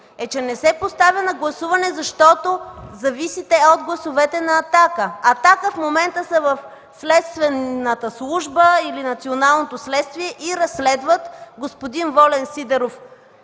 е, че не се поставя на гласуване, защото зависите от гласовете на „Атака”. „Атака” в момента са в Следствената служба или в Националното следствие, разследват господин Волен Сидеров